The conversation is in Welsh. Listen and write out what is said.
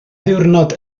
ddiwrnod